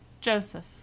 Joseph